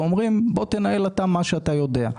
ואומרים: בוא תנהל אתה מה שאתה יודע.